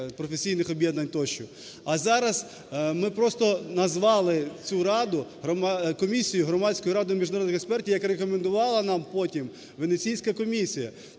А зараз ми просто назвали цю раду "Комісією Громадської ради міжнародних експертів", як рекомендувала нам потім Венеційська комісія.